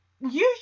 usually